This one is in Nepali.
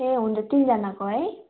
ए हुन्छ तिनजनाको है